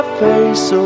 face